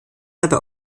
dabei